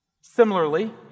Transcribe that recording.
Similarly